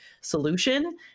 solution